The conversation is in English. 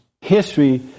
history